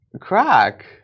Crack